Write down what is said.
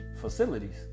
facilities